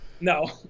no